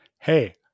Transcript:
hey